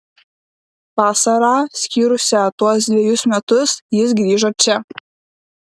vasarą skyrusią tuos dvejus metus jis grįžo čia